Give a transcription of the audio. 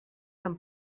amb